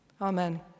amen